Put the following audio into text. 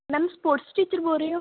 ma'am sports teacher ਬੋਲ ਰਹੇ ਹੋ